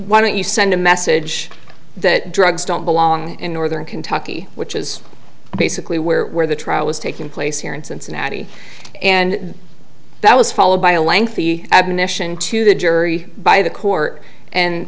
why don't you send a message that drugs don't belong in northern kentucky which is basically where the trial was taking place here in cincinnati and that was followed by a lengthy admonition to the jury by the court and